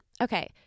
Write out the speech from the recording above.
okay